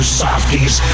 softies